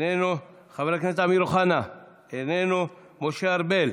איננו, חבר הכנסת אמיר אוחנה, איננו, משה ארבל,